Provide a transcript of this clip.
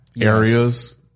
areas